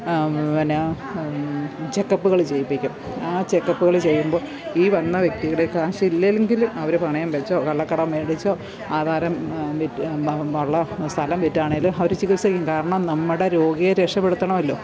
പിന്നെ ചെക്കപ്പുകൾ ചെയ്യിപ്പിക്കും ആ ചെക്കപ്പുകൾ ചെയ്യുമ്പോൾ ഈ വന്ന വ്യക്തിയുടെ കാശില്ലയെങ്കിലും അവർ പണയം വെച്ചോ കള്ളക്കടം മേടിച്ചോ ആധാരം വിറ്റ് ഉള്ള സ്ഥലം വിറ്റാണെങ്കിലും അവർ ചികത്സ ചെയ്യും കാരണം നമ്മുടെ രോഗിയെ രക്ഷപ്പെടുത്തണമല്ലോ